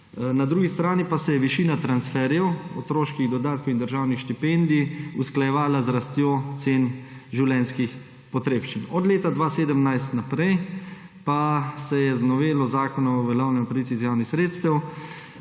Na drugi strani pa se je višina transferjev otroških dodatkov in državnih štipendij usklajevala z rastjo cen življenjskih potrebščin. Od leta 2017 naprej pa se je z novelo Zakona o uveljavljanju pravic iz javnih sredstev